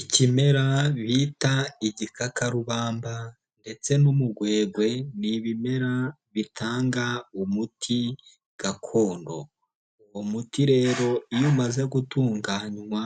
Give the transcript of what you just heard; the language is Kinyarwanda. Ikimera bita igikakarubamba ndetse n'umugwegwe, ni ibimera bitanga umuti gakondo, umuti rero iyo umaze gutunganywa